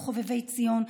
כמו חובבי ציון,